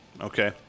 Okay